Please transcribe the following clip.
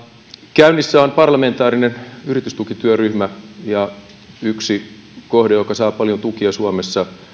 käynnissä on parlamentaarinen yritystukityöryhmä ja yksi kohde joka saa paljon tukia suomessa